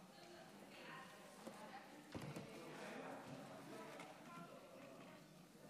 בבקשה.